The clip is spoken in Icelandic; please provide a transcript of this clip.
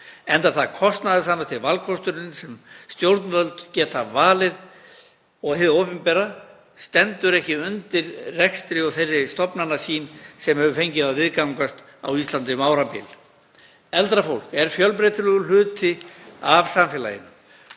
enda er það kostnaðarsamasti valkosturinn sem stjórnvöld geta valið og hið opinbera stendur ekki undir þeim rekstri og þeirri stofnanasýn sem hefur fengið að viðgangast á Íslandi um árabil. Eldra fólk er fjölbreytilegur hluti af samfélaginu